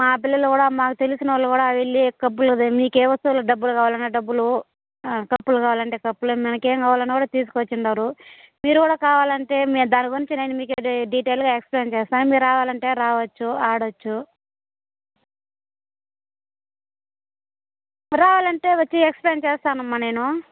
మా పిల్లలు కూడా మాకు తెలిసినోళ్ళు కూడా వెళ్ళి క్లబ్బులో మీకు ఏం వచ్చో డబ్బులు కావాలన్నా డబ్బులు కప్పులు కావాలంటే కప్పులు మనకేం కావాలన్నా కూడా తీసుకొచ్చి ఉన్నారు మీరు కూడా కావాలంటే దాని గురించి నేను మీకు డిటైల్గా ఎక్స్ప్లెయిన్ చేస్తాను మీరు రావాలంటే రావచ్చు ఆడొచ్చు రావాలంటే వచ్చి ఎక్స్ప్లెయిన్ చేస్తానమ్మా నేను